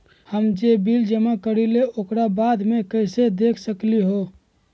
हम जे बिल जमा करईले ओकरा बाद में कैसे देख सकलि ह?